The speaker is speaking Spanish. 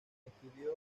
estudió